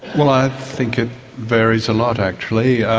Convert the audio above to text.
well, i think it varies a lot actually.